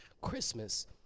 Christmas